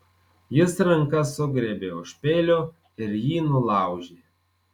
jis ranka sugriebė už peilio ir jį nulaužė